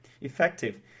effective